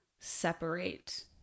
separate